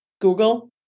Google